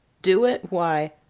do it! why,